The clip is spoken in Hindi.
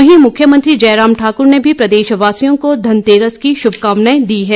वहीं मुख्यमंत्री जयराम ठाकर ने भी प्रदेशवासियों को धनतेरस की श्रभकामनाएं दी है